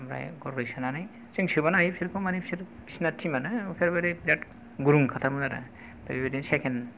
ओमफ्राय गरब्रै सोनानै जों सोबावनो हायो बिसोरखौ माने बिसोरना टिम आनो एखेबारे बिराद गुरुंखाथारमोन आरो ओमफ्राय बेबायदिनो सेकेन्ड